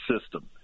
system